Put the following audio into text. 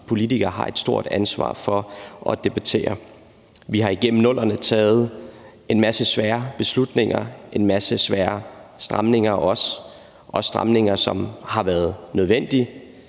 politikere har et stort ansvar for at debattere. Vi har igennem 00'erne taget en masse svære beslutninger og også lavet en masse svære stramninger, også stramninger, som har været nødvendige.